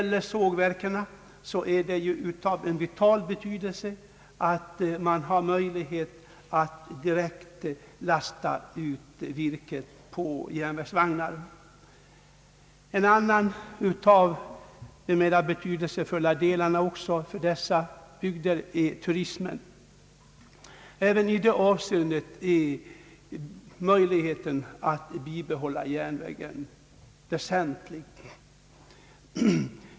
För sågverken är det av vital betydelse att det finns möjlighet att direkt lasta virket på järnvägsvagnar. En annan mera betydelsefull näringsgren i dessa bygder är turismen. Även för denna är ett bibehållande av järnvägen något väsenligt.